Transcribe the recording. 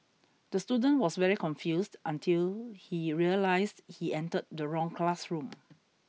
the student was very confused until he realised he entered the wrong classroom